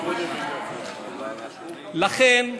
לכן,